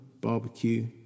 barbecue